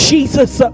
Jesus